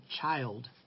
child